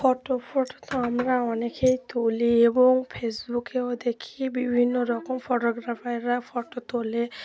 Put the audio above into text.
photo photo তো আমরা অনেকেই তুলি এবং ফেসবুকেও দেখি বিভিন্ন রকম ফটোগ্রাফাররা ফটো তোলে